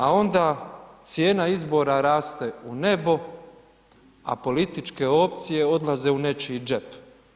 A onda cijena izbora raste u nebo a političke opcije odlaze u nečiji džep.